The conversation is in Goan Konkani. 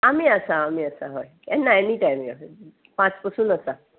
आमी आसा आमी आसा हय केन्ना एनीटायम पांच पसून आसा